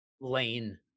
lane